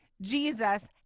Jesus